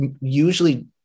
usually